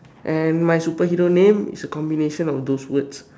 and my superhero name is a combination of those words